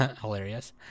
hilarious